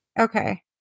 Okay